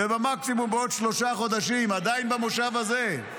ובמקסימום בעוד שלושה חודשים, עדיין במושב הזה,